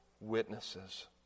witnesses